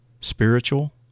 spiritual